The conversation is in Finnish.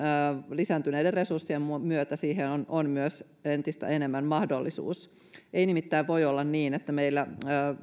lisääntyneiden resurssien myötä siihen on on entistä enemmän mahdollisuus ei nimittäin voi olla niin että meillä